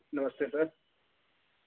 नमस्ते sir